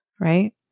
Right